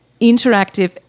interactive